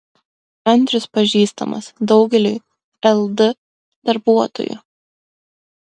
andrius pažįstamas daugeliui ld darbuotojų